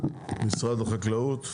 משרד החקלאות.